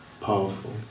powerful